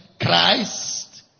Christ